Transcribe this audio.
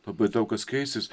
labai daug kas keistis